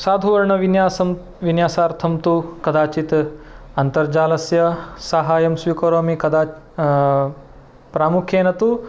साधुवर्णविन्यासं विन्यासार्थं तु कदाचित् अन्तर्जालस्य साहाय्यं स्वीकरोमि कदा प्रामुख्येन तु